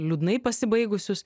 liūdnai pasibaigusius